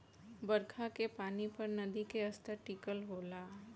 बरखा के पानी पर नदी के स्तर टिकल होला